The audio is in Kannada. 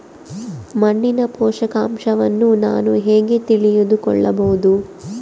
ಮಣ್ಣಿನ ಪೋಷಕಾಂಶವನ್ನು ನಾನು ಹೇಗೆ ತಿಳಿದುಕೊಳ್ಳಬಹುದು?